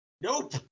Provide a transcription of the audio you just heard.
nope